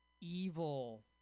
evil